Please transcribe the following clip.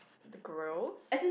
the grills